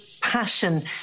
passion